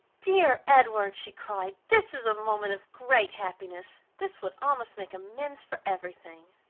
dear edward! she cried, this is a moment of great happiness this would almost make amends for every thing!